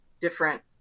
different